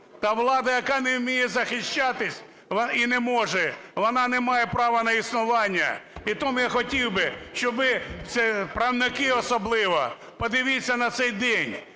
Та влада, яка не вміє захищатися і не може, вона не має права на існування. І тому я хотів би, щоб ви, правники особливо, подивіться на цей день,